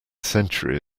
century